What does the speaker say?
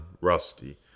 rusty